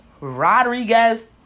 Rodriguez